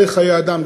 ערך חיי אדם,